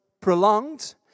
prolonged